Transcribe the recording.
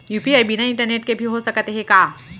UPI बिना internet के भी हो सकत हे का?